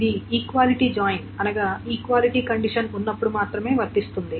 ఇది equality join అనగా equality condition ఉన్నప్పుడు మాత్రమే వర్తిస్తుంది